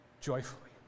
joyfully